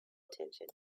attention